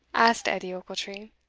asked edie ochiltree.